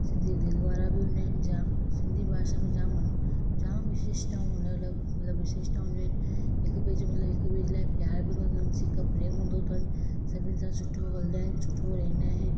सिंधी दिलिवारा बि हूंदा आहिनि जाम सिंधी भाषा में जाम अन जाम विशेषताऊं हुनजो मतलबु मतलबु विशेषताऊं हूंदियूं आहिनि हिक ॿिए जे मतलबु हिक ॿिए जे लाइ प्यार हूंदो अथनि सिक प्रेम हूंदो अथनि सभिनी सां सुठो हलंदा आहिनि सुठो रहंदा आहिनि